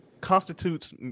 constitutes